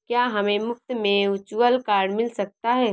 क्या हमें मुफ़्त में वर्चुअल कार्ड मिल सकता है?